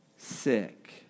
sick